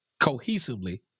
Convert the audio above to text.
cohesively